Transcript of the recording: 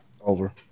Over